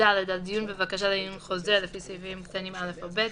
"(ד) על דיון בבקשה לעיון חוזר לפי סעיפים קטנים (א) או (ב),